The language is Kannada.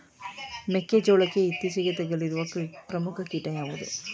ಮೆಕ್ಕೆ ಜೋಳಕ್ಕೆ ಇತ್ತೀಚೆಗೆ ತಗುಲಿರುವ ಪ್ರಮುಖ ಕೀಟ ಯಾವುದು?